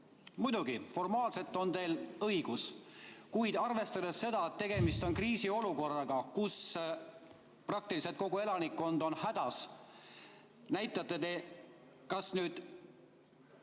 Muidugi, formaalselt on teil õigus, kuid arvestades seda, et tegemist on kriisiolukorraga, kus praktiliselt kogu elanikkond on hädas, näitate te kas